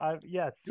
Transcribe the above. yes